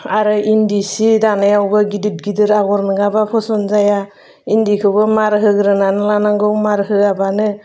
आरो इन्दि सि दानायावबो गिदिर गिदिद आगर नङाबाबो फसन जाया इन्दि खौबो मार होग्रोनानै लानांगौ मार होवाबानो